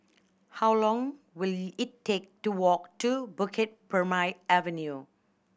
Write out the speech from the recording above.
how long will it take to walk to Bukit Purmei Avenue